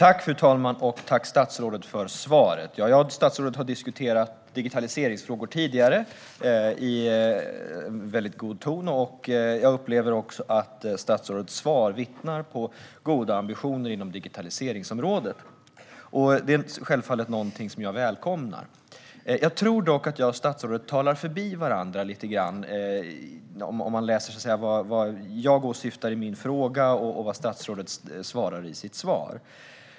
Fru ålderspresident! Tack, statsrådet, för svaret! Jag och statsrådet har diskuterat digitaliseringsfrågor tidigare i en väldigt god ton. Jag upplever att statsrådets svar vittnar om goda ambitioner inom digitaliseringsområdet. Detta är självfallet något som jag välkomnar. Jag tror dock att jag och statsrådet talar förbi varandra lite grann, om man betänker vad jag åsyftade i min fråga och vad statsrådet säger i sitt svar.